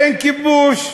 אין כיבוש,